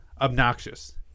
obnoxious